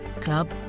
club